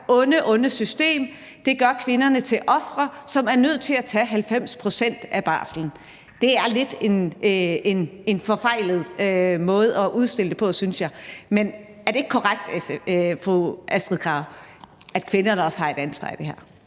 onde, onde system gør kvinderne til ofre, som er nødt til at tage 90 pct. af barslen? Det er lidt en forfejlet måde at udstille det på, synes jeg, men er det ikke korrekt, fru Astrid Carøe, at kvinderne også har et ansvar i det her?